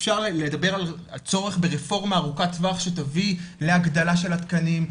אפשר לדבר על הצורך ברפורמה ארוכת טווח שתביא להגדלה של התקנים,